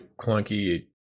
clunky